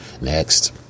Next